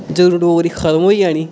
जदूं डोगरी खत्म होई जानी